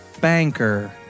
banker